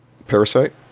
Parasite